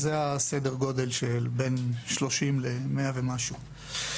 זה סדר הגודל, של בין 30 ל-100 ומשהו.